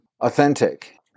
authentic